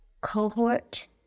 cohort